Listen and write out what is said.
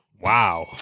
Wow